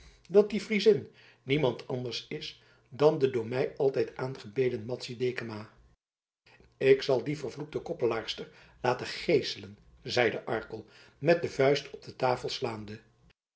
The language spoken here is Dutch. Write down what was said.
dat die friezin niemand anders is dan de door mij altijd aangebeden madzy dekama ik zal die vervloekte koppelaarster laten geeselen zeide arkel met de vuist op de tafel slaande